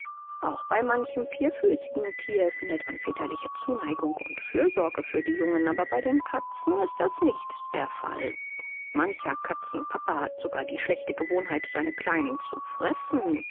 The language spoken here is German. auch bei manchem vierfüßigen thier findet man väterliche zuneigung und fürsorge für die jungen aber bei den katzen ist das nicht der fall mancher katzenpapa hat sogar die schlechte gewohnheit seine kleinen zu fressen